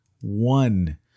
one